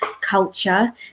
culture